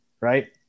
right